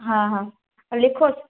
हा हा अ लिखो